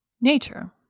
nature